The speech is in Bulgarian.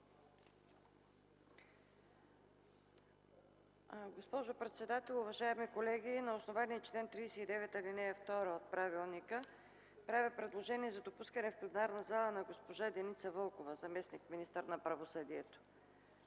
Госпожо председател, уважаеми колеги! На основание чл. 39, ал. 2 от правилника правя предложение за допускане в пленарната зала на госпожа Деница Вълчева – заместник-министър на правосъдието.